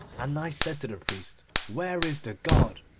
and i said to the priest, where is the god?